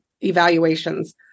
evaluations